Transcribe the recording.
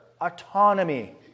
autonomy